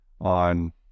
on